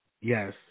Yes